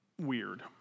weird